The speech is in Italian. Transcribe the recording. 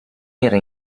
era